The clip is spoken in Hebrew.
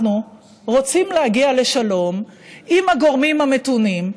אנחנו רוצים להגיע לשלום עם הגורמים המתונים,